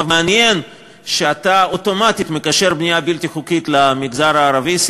מעניין שאתה אוטומטית מקשר בנייה בלתי חוקית למגזר הערבי.